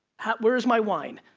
where is my wine?